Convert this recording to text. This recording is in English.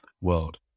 world